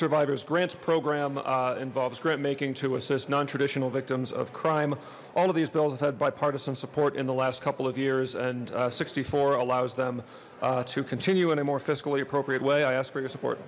survivors grants program involves grant making to assist non traditional victims of crime all of these bills have had bipartisan support in the last couple of years and sixty four allows them to continue in a more fiscally appropriate way i ask for your support